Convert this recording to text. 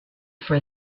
for